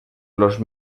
los